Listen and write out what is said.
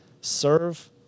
Serve